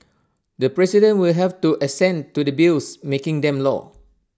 the president will have to assent to the bills making them law